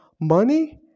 money